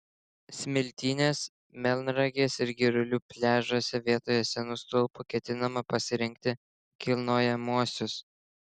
smiltynės melnragės ir girulių pliažuose vietoje senų stulpų ketinama pasirinkti kilnojamuosius